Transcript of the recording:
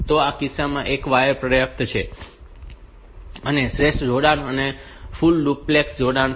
તો આ કિસ્સામાં પણ એક વાયર પર્યાપ્ત હોય છે અને શ્રેષ્ઠ જોડાણ એ ફૂલ ડુપ્લેક્સ જોડાણ છે